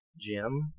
Jim